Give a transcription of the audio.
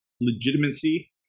legitimacy